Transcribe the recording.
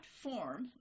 form